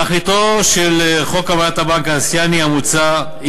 תכליתו של חוק אמנת הבנק האסייני המוצע היא